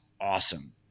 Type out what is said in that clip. awesome